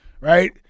right